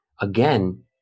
Again